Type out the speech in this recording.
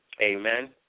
Amen